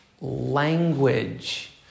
language